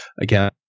again